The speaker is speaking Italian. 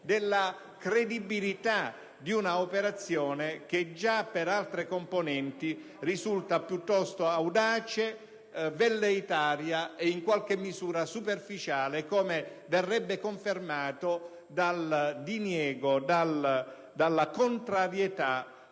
della credibilità di un'operazione che, già per altre componenti, risulta piuttosto audace, velleitaria e in qualche misura superficiale, come verrebbe confermato dalla contrarietà